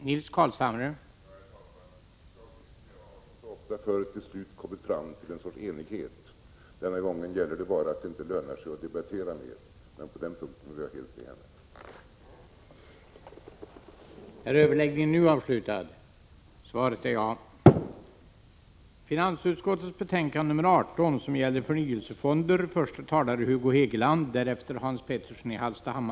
Herr talman! Socialministern och jag har som så ofta förut till slut kommit fram till en sorts enighet. Denna gång gäller det bara att det inte lönar sig att debattera mer. På den punkten håller jag helt med henne.